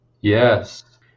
Yes